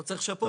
לא צריך לשפות.